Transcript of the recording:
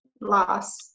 loss